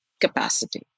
capacity